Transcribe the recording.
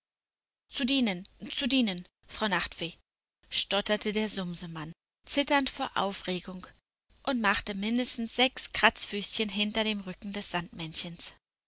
zu dienen zu dienen frau nachtfee stotterte der sumsemann zitternd vor aufregung und machte mindestens sechs kratzfüßchen hinter dem rücken des sandmännchens